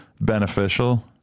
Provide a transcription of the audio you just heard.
beneficial